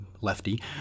lefty